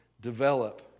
develop